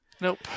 Nope